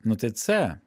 nu tai c